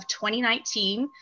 2019